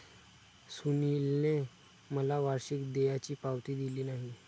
सुनीलने मला वार्षिक देयाची पावती दिली नाही